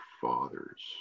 fathers